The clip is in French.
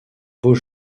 beau